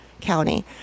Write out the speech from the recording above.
County